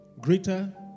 greater